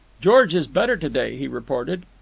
george is better to-day, he reported.